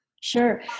sure